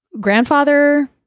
grandfather